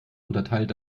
unterteilt